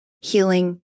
healing